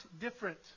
different